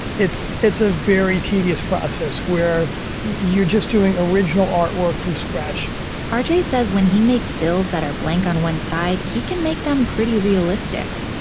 it's it's a very tedious process where you're just doing original artwork from scratch ah rj says, when he makes bills that are blank on one side, he can make them pretty realistic,